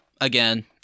again